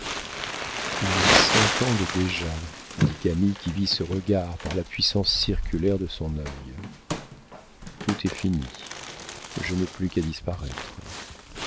ils s'entendent déjà dit camille qui vit ce regard par la puissance circulaire de son œil tout est fini je n'ai plus qu'à disparaître